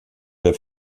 der